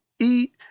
eat